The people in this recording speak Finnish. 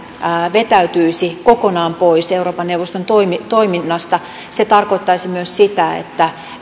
vetäytyisi kokonaan pois euroopan neuvoston toiminnasta se tarkoittaisi myös sitä että